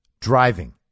Driving